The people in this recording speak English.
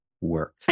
work